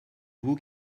vous